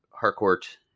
Harcourt